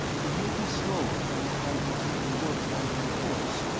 it may be slower than trying to take the warp-drive by force,